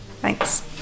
thanks